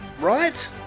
Right